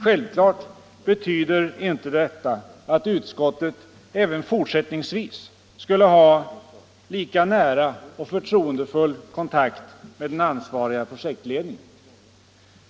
Självfallet betyder inte detta att utskottet även fortsättningsvis inte skulle ha lika nära och förtroendefull kontakt med den ansvariga projektledningen.